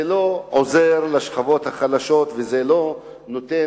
זה לא עוזר לשכבות החלשות וזה לא נותן